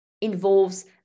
involves